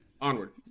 Onward